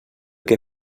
que